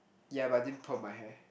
yeah but I didn't perm my hair